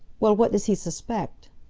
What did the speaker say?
well, what does he suspect?